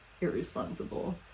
irresponsible